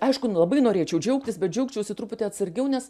aišku labai norėčiau džiaugtis bet džiaugčiausi truputį atsargiau nes